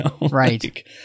Right